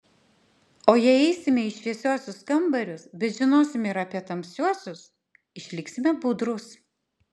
o jei eisime į šviesiuosius kambarius bet žinosime ir apie tamsiuosius išliksime budrūs